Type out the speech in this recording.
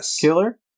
killer